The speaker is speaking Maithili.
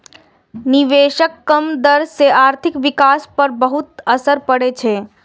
निवेशक कम दर सं आर्थिक विकास पर बहुत असर पड़ै छै